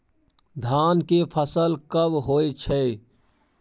धान के फसल कब होय छै?